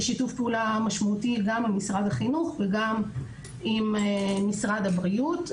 יש שיתוף פעולה משמעותי גם עם משרד החינוך וגם עם משרד הבריאות.